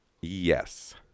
Yes